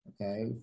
okay